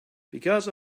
because